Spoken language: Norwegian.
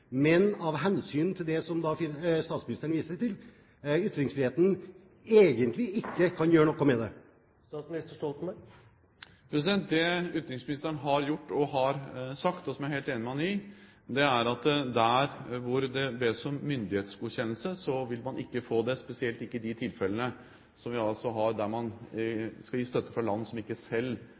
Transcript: men at man av hensyn til det som statsministeren viste til, ytringsfriheten, egentlig ikke kan gjøre noe med det? Det utenriksministeren har gjort og har sagt, og som jeg er helt enig med ham i, er at der hvor det bes om myndighetsgodkjennelse, vil man ikke få det, spesielt ikke i de tilfellene der land som ikke selv praktiserer religionsfrihet og tillater f.eks. misjonsvirksomhet, skal gi støtte.